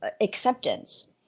acceptance